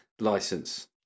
license